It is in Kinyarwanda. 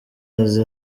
mazi